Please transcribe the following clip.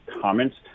comments